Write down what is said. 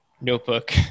notebook